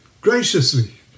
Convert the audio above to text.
graciously